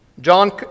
John